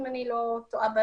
אם אני לא טועה.